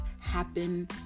happen